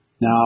Now